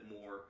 more